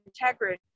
integrity